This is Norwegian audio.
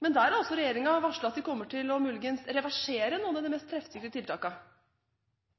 men der har også regjeringen varslet at de muligens kommer til å reversere noen av de mest treffsikre